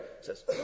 says